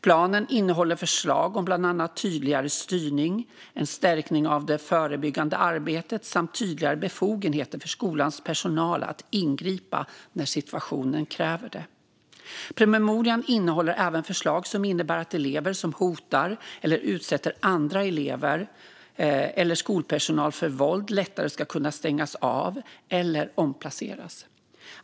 Planen innehåller förslag om bland annat tydligare styrning, en förstärkning av det förebyggande arbetet samt tydligare befogenheter för skolans personal att ingripa när situationen kräver det. Promemorian innehåller även förslag som innebär att elever som hotar eller utsätter andra elever eller skolpersonal för våld lättare ska kunna stängas av eller omplaceras.